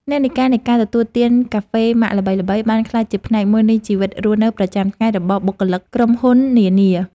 និន្នាការនៃការទទួលទានកាហ្វេម៉ាកល្បីៗបានក្លាយជាផ្នែកមួយនៃជីវភាពរស់នៅប្រចាំថ្ងៃរបស់បុគ្គលិកក្រុមហ៊ុននានា។